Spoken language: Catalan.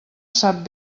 sap